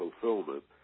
fulfillment